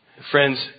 Friends